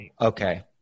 Okay